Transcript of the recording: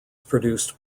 produced